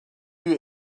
you